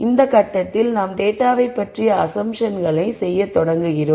இந்த கட்டத்தில் நாம் டேட்டாவைப் பற்றிய அஸம்ப்ஷன்களைச் செய்யத் தொடங்குகிறோம்